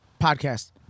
Podcast